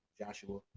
Joshua